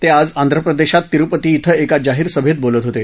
ते आज आंध्रप्रदेशात तिरुपती क्विं एका जाहीर सभेत बोलत होते